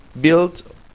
built